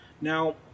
Now